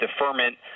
deferment